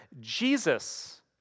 Jesus